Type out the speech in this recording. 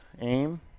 Aim